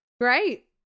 Great